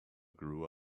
grew